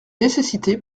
nécessité